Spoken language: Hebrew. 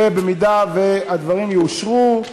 ובמידה שהדברים יאושרו,